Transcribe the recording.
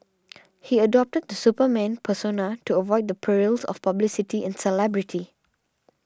he adopted the Superman persona to avoid the perils of publicity and celebrity